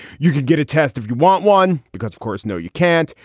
you could get a test if you want one. because, of course, no, you can't.